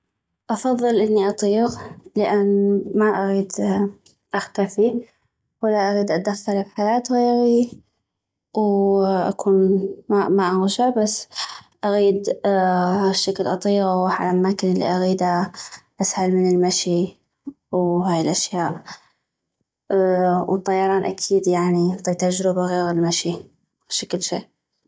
افضل اني اطيغ لان ما اغيد اختفي ولا اغيد اتدخل بحياة غيغي و اكون ما انغشع اغيد هشكل اطيغ و اغوح عل اماكن الي اغيدا اسهل من المشي و هاي الاشياء و الطيران اكيد يعني كتجربة غيغ المشي هشكل شي